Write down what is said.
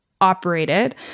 operated